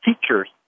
teachers